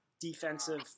defensive